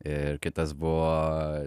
ir kitas buvo